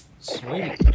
Sweet